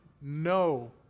no